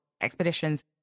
expeditions